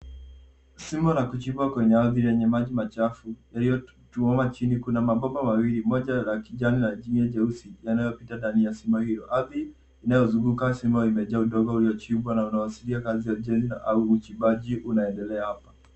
Shimo la kuchimba kwenye ardhi lenye maji machafu yaliyotuama chini. Kuna mabomba mawili moja ni la kijani na jingine jeusi yanayopita ndani ya shimo hilo. Ardhi inayozunguka shimo umejaa udongo uliyochimbwa na unawasilisha kazi ya ujenzi au uchimbaji unaendelea hapo.